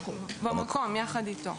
במקום, יחד איתו.